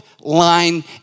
line